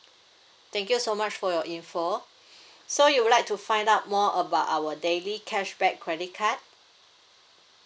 thank you so much for your info so you would like to find out more about our daily cashback credit card